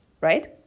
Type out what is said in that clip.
Right